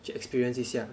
去 experience 一下